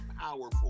powerful